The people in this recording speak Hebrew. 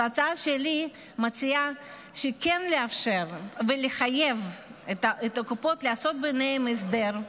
ההצעה שלי מציעה כן לאפשר ולחייב את הקופות לעשות ביניהן הסדר,